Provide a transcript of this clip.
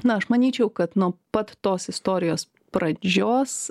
na aš manyčiau kad nuo pat tos istorijos pradžios